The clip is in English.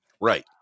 right